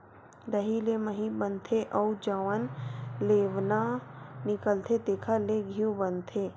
दही ले मही बनथे अउ जउन लेवना निकलथे तेखरे ले घींव बनाथे